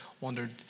wondered